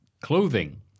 clothing